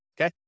okay